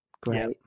Great